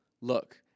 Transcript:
Look